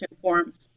forms